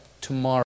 tomorrow